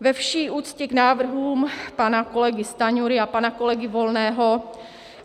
Ve vší úctě k návrhům pana kolegy Stanjury a pana kolegy Volného